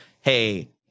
hey